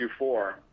Q4